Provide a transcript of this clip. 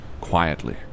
quietly